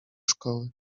szkoły